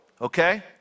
okay